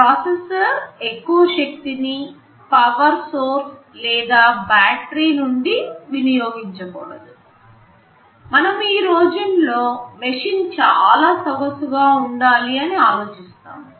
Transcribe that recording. processor ఎక్కువ శక్తిని power source లేదా బ్యాటరీ నుండి వినియోగించకూడదు మనము ఈ రోజుల్లో మెషిన్ చాలా సొగసుగా ఉండాలి అని ఆలోచిస్తాము